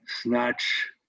Snatch